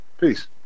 peace